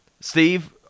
Steve